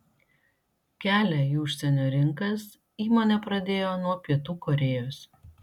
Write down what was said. kelią į užsienio rinkas įmonė pradėjo nuo pietų korėjos